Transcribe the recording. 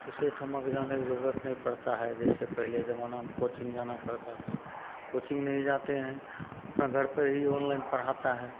दूसरे ठमक जाने का जाने का जरूरत नहीं पड़ता है जैसे पहले जमाना में कोचिंग जाना पड़ता था कोचिंग नहीं जाते हैं अपना घर पे ही अनलाइन पढ़ाता है